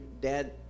dad